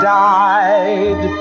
died